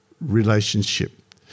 relationship